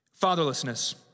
Fatherlessness